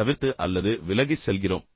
தவிர்த்து அல்லது விலகிச் செல்கிறோம்